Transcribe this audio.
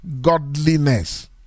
godliness